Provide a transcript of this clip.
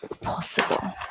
possible